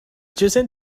chosen